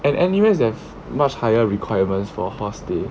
and N_U_S have much higher requirements for hall stay